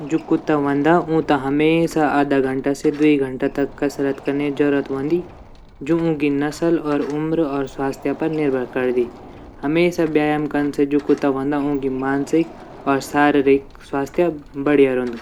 जू कुत्ता वंदा ऊँ त हमेशा अधा घंटा से द्वि घंटा तक कसरत कने ज़रूरत वंदी जू ऊँगी नसल और उम्र और स्वास्त्य पर निर्भर करदी हमेशा व्यायाम कन से जू कुत्ता वंदा ऊँगी मानसिक और सारारिक स्वास्त्य बढ़िया रौंदू।